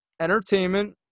entertainment